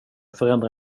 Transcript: förändra